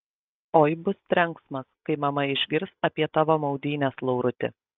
oi bus trenksmas kai mama išgirs apie tavo maudynes lauruti